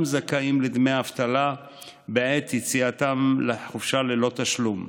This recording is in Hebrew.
זכאים לדמי אבטלה בעת יציאתם לחופשה ללא תשלום,